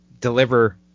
deliver